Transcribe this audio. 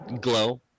glow